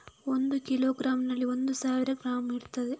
ಒಂದು ಕಿಲೋಗ್ರಾಂನಲ್ಲಿ ಒಂದು ಸಾವಿರ ಗ್ರಾಂ ಇರ್ತದೆ